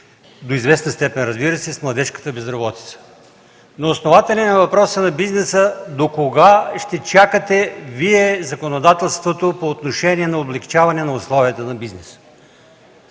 до известна степен въпроса с младежката безработица. Основателен е въпросът на бизнеса: докога ще чакате Вие – законодателството, по отношение на облекчаване на условията за бизнеса?